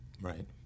Right